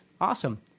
awesome